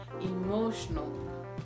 emotional